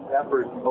efforts